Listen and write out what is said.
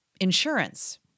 insurance